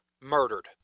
murdered